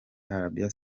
arabia